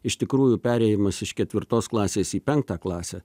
iš tikrųjų perėjimas iš ketvirtos klasės į penktą klasę